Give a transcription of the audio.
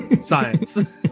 Science